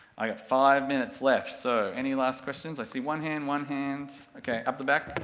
i've got five minutes left, so, any last questions, i see one hand, one hand, ok, up the back.